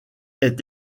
est